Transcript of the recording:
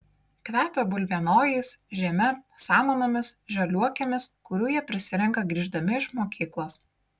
kvepia bulvienojais žeme samanomis žaliuokėmis kurių jie prisirenka grįždami iš mokyklos